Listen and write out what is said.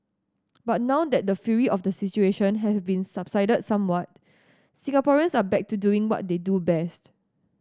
but now that the fury of the situation has been subsided somewhat Singaporeans are back to doing what they do best